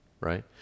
right